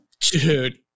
Dude